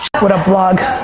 what up, vlog?